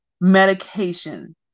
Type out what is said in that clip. medication